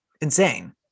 insane